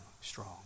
strong